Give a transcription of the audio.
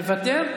מוותר.